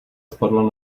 spadla